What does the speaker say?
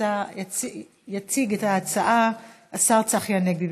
יציג את ההצעה השר צחי הנגבי.